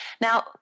Now